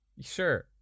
Sure